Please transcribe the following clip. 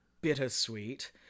bittersweet